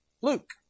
Luke